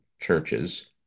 churches